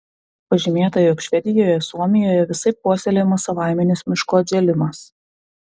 pažymėta jog švedijoje suomijoje visaip puoselėjamas savaiminis miško atžėlimas